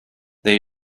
they